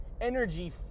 energy